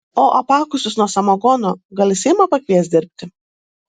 o apakusius nuo samagono gal į seimą pakvies dirbti